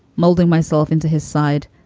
molding myself into his side,